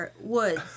woods